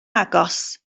agos